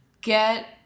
Get